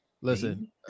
Listen